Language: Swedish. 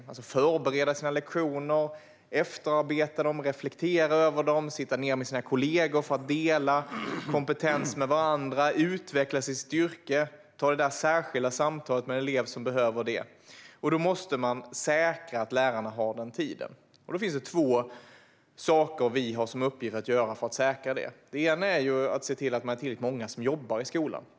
Det handlar om tid för att förbereda sina lektioner, för efterarbete där man reflekterar över dem, för att sitta ned med sina kollegor och dela kompetens med varandra, för att utvecklas i sitt yrke och för att ta det särskilda samtalet med en elev som behöver det. Man måste säkra att lärarna får den tiden. Det finns två saker som vi har till uppgift för att göra det. Det ena är att se till att det är tillräckligt många som jobbar i skolan.